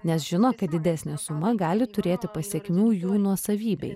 nes žino kad didesnė suma gali turėti pasekmių jų nuosavybei